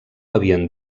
havien